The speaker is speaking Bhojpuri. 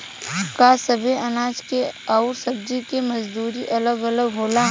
का सबे अनाज के अउर सब्ज़ी के मजदूरी अलग अलग होला?